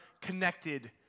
connected